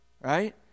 right